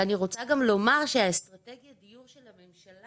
אני רוצה גם לומר שאסטרטגית דיור של הממשלה